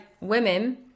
women